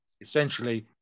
Essentially